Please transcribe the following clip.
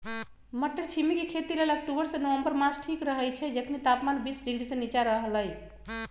मट्टरछिमि के खेती लेल अक्टूबर से नवंबर मास ठीक रहैछइ जखनी तापमान तीस डिग्री से नीचा रहलइ